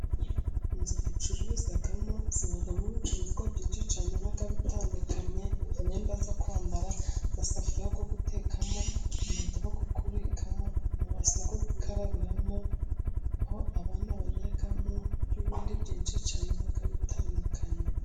Inzu ducururizamo zibamo ibicuruzwa byinshi cyane biba bitandukanye: imyenda yo kwambara, amasafuriya yo gutekamo, utudobo two kubikamo, amabase yo gukarabiramo po abana bannyamo, n'ibindi byinshi cyane biba bitandukanye.